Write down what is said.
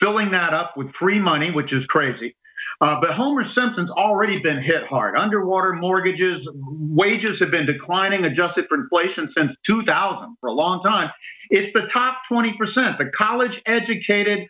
filling that up with free money which is crazy but homer simpson's already been hit hard underwater mortgages wages have been declining adjusted for inflation since two thousand for a long time it's the top twenty percent the college educated